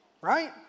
right